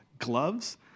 Gloves